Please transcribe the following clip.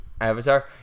avatar